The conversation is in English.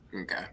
Okay